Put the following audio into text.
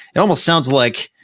it almost sounds like,